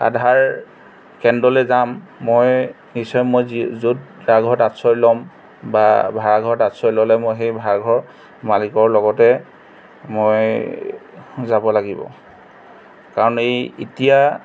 আধাৰ কেন্দ্ৰলৈ যাম মই নিশ্চয় মই যি য'ত যাৰ ঘৰত আশ্ৰয় ল'ম বা ভাড়া ঘৰত আশ্ৰয় ল'লে মই সেই ভাড়া ঘৰ মালিকৰ লগতে মই যাব লাগিব কাৰণ এই এতিয়া